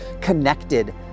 connected